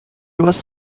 was